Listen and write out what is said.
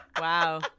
Wow